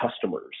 customers